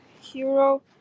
hero